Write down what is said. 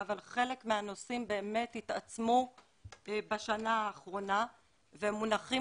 אבל חלק מהנושאים באמת התעצמו בשנה האחרונה ומונחים